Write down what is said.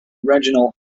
regional